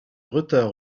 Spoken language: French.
retard